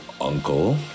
Uncle